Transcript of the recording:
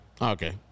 Okay